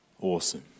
awesome